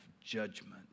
judgment